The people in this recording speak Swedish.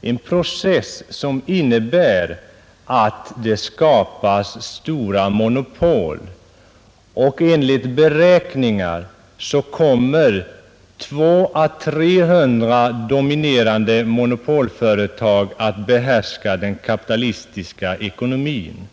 en process, som innebär att det skapas stora monopol. Enligt beräkningar kommer 200 å 300 dominerande monopolföretag att behärska den kapitalistiska ekonomin.